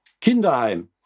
Kinderheim